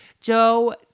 Joe